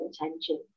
attention